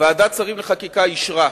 ועדת השרים לחקיקה אישרה,